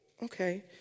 Okay